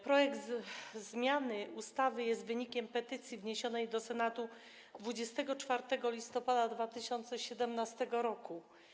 Projekt zmiany ustawy jest wynikiem petycji wniesionej do Senatu 24 listopada 2017 r.